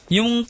Yung